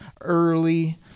early